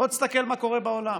בוא תסתכל מה קורה בעולם: